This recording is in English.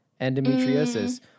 endometriosis